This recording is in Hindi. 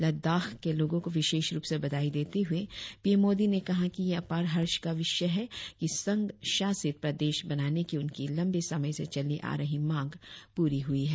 लद्दाख के लोगों को विशेष रुप से बधाई देते हुए पीएम मोदी ने कहा कि ये अपार हर्ष का विषय है कि संघशासित प्रदेश बनाने की उनकी लंबे समय से चली आ रही मांग प्रर्ण हुई है